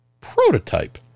prototype